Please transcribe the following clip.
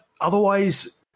otherwise